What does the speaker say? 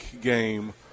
game –